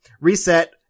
reset